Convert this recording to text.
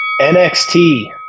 NXT